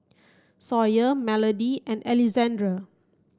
Sawyer Melodie and Alexandr